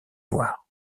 loire